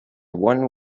one